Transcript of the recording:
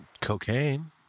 Cocaine